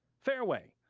fareway,